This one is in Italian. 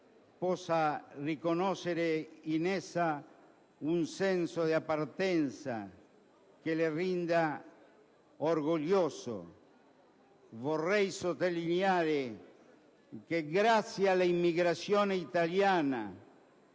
possa riconoscere in essa un senso di appartenenza che lo renda orgoglioso. Vorrei sottolineare che, grazie all'immigrazione italiana